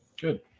Good